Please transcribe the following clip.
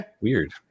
Weird